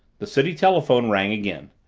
the city telephone rang again.